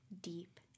deep